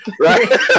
Right